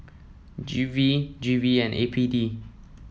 G V G V and A P D